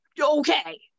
okay